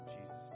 Jesus